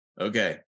Okay